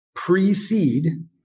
precede